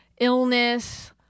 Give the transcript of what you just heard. illness